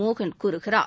மோகன் கூறுகிறார்